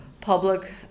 public